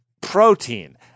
protein